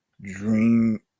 dream